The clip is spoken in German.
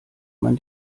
man